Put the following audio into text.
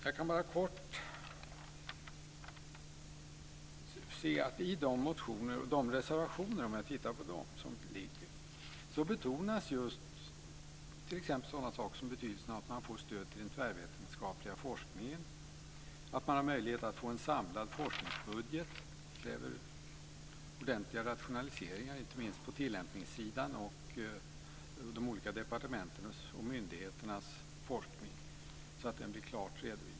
Jag kan bara kort se att i de reservationer som lagts fram betonas t.ex. sådana saker som betydelsen av att man får stöd till den tvärvetenskapliga forskningen och att man har möjlighet att få en samlad forskningsbudget. Det kräver ordentliga rationaliseringar inte minst på tillämpningssidan och av de olika departementens och myndigheternas forskning så att den blir klart redovisad.